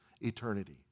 eternity